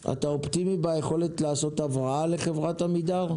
אתה אופטימי ביכולת לעשות הבראה לחברת עמידר?